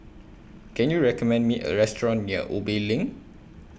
Can YOU recommend Me A Restaurant near Ubi LINK